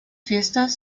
fiestas